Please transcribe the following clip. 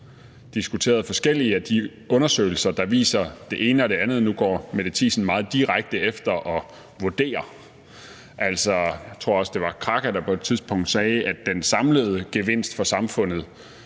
jo diskuteret forskellige af de undersøgelser, der viser det ene og det andet, og nu går fru Mette Thiesen meget direkte efter at vurdere. Jeg tror, at det var Kraka, der på et tidspunkt sagde, at den samlede gevinst for samfundet